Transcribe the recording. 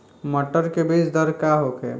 मटर के बीज दर का होखे?